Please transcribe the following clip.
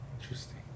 Interesting